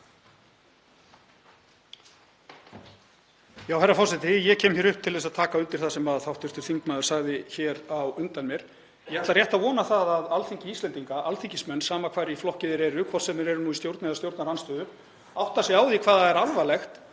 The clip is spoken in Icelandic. Herra forseti. Ég kem hingað upp til að taka undir það sem hv. þingmaður sagði hér á undan mér. Ég ætla rétt að vona að Alþingi Íslendinga, alþingismenn, sama hvar í flokki þeir eru, hvort sem þeir eru í stjórn eða stjórnarandstöðu, átti sig á því hvað það er alvarlegt